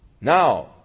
Now